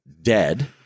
dead